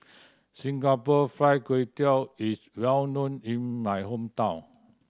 Singapore Fried Kway Tiao is well known in my hometown